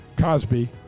Cosby